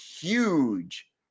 huge